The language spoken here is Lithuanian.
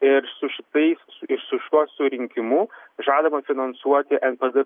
ir su šitais ir su šituo surinkimu žadama finansuoti npd